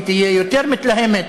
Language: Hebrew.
אם היא תהיה יותר מתלהמת,